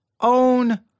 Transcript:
own